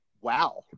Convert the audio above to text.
Wow